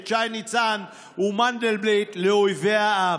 את שי ניצן ומנדלבליט לאויבי העם,